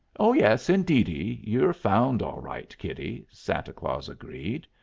oh, yes, indeedy, you're found all right, kiddie, santa claus agreed.